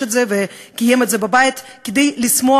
את זה וקיים את זה בבית כדי לשמוח,